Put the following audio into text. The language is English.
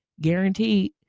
Guaranteed